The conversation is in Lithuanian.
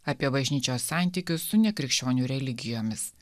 apie bažnyčios santykius su nekrikščionių religijomis